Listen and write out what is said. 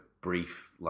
brief